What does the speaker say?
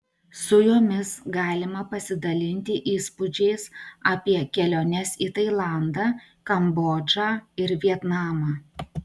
su jomis galima pasidalinti įspūdžiais apie keliones į tailandą kambodžą ir vietnamą